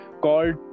called